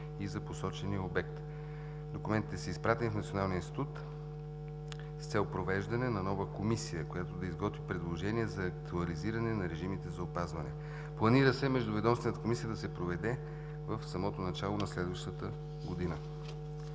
и за посочения обект. Документите са изпратени в Националния институт с цел провеждане на нова комисия, която да изготви предложения за актуализиране на режимите за опазване. Планира се междуведомствената комисия да се проведе в самото начало на следващата година.